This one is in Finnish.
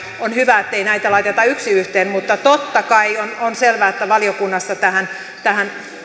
on hyvä ettei näitä laiteta yksi yhteen mutta totta kai on selvää että valiokunnassa tähän tähän